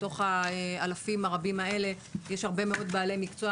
בתוך האלפים הרבים האלה יש הרבה מאוד בעלי מקצוע